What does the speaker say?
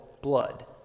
blood